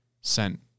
sent